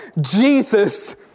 Jesus